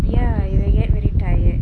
ya you will get very tired